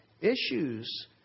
Issues